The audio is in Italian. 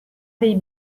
dei